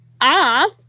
off